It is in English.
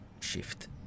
shift